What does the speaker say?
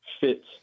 fit